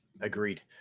Agreed